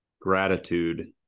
gratitude